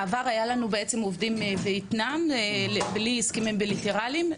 בעבר בעצם היו לנו עובדים מוויטנאם בלי הסכמים בילטרליים,